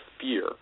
fear